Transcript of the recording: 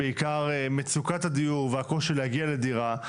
בעיקר מצוקת הדיור והקושי להגיע לדירה.